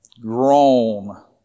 grown